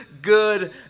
good